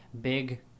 big